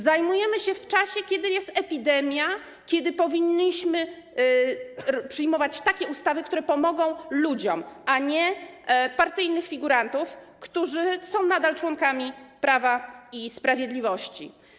Zajmujemy się tym w czasie, kiedy jest epidemia, kiedy powinniśmy przyjmować takie ustawy, które pomogą ludziom, a nie partyjnym figurantom, którzy są nadal członkami Prawa i Sprawiedliwości.